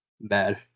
Bad